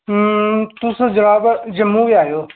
तुस जनाब जम्मू गै आएओ